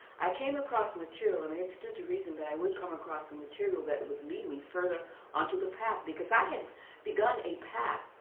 i came across material um and it stood to reason that i would come across some material that would lead me further onto the path because i had and begun a path,